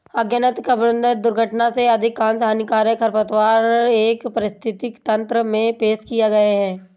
अज्ञानता, कुप्रबंधन, दुर्घटना से अधिकांश हानिकारक खरपतवार एक पारिस्थितिकी तंत्र में पेश किए गए हैं